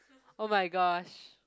oh-my-gosh